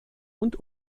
und